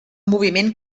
moviment